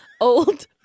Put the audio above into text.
old